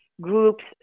groups